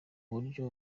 buryo